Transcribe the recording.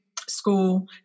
school